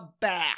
back